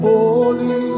Holy